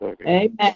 Amen